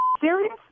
serious